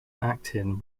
acting